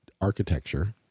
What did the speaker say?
architecture